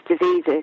diseases